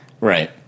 Right